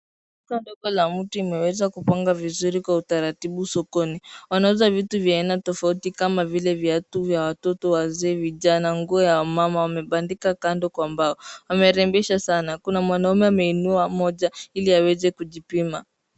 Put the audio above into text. Soko ndogo la mti umeweza kugonga vizuri kwa utaratibu sokoni. Wanauza vitu vya aina tofauti kama vile viatu vya watoto, wazee, vijana, nguo ya wamama, wamebandika kando kwa mbao. Amerembesha sana kuna mwanaume ameinua moja ili aweze kujipima.